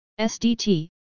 SDT